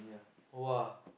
!wah!